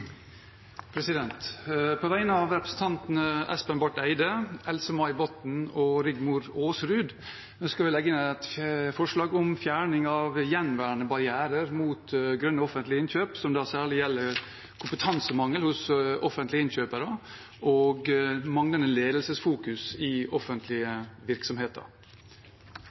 På vegne av representantene Espen Barth-Eide, Else-May Botten, Rigmor Aasrud og meg selv ønsker jeg å framsette et forslag om fjerning av gjenværende barrierer mot grønnere offentlige innkjøp, som særlig gjelder kompetansemangel hos offentlige innkjøpere og manglende ledelsesfokus i offentlige virksomheter.